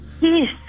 Yes